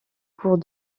cours